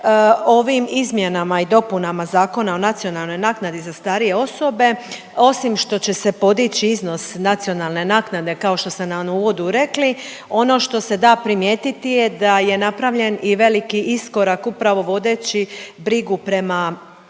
Ovim izmjenama i dopunama Zakona o nacionalnoj naknadi za starije osobe osim što će se podići iznos nacionalne naknade kao što ste nam u uvodu rekli ono što se da primijetiti da je napravljen i veliki iskorak upravo vodeći brigu prema